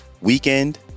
weekend